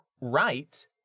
right